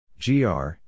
GR